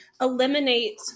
eliminate